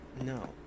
No